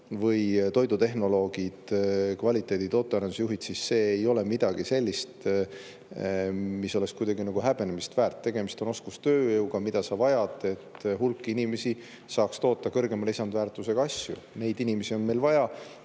toidutehnoloog või kvaliteedi-, tootearendusjuht, siis see ei ole midagi sellist, mis oleks kuidagi häbenemist väärt. Tegemist on oskustööjõuga, mida on vaja, et hulk inimesi saaks toota kõrgema lisandväärtusega asju. Neid inimesi on meil vaja.